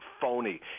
phony